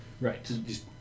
Right